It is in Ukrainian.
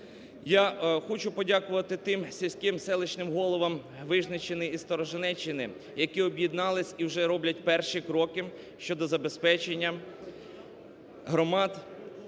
Я хочу подякувати тим сільських селищним головам Вижниччини і Сторожинеччини, які об'єднались і вже роблять вже перші кроки щодо забезпечення громад,